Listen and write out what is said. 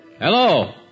Hello